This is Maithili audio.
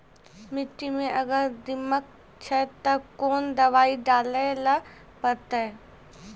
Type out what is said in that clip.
मिट्टी मे अगर दीमक छै ते कोंन दवाई डाले ले परतय?